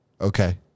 Okay